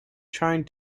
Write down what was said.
trying